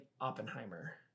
Oppenheimer